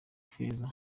feza